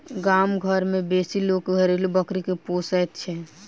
गाम घर मे बेसी लोक घरेलू बकरी के पोसैत छै